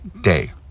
day